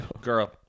girl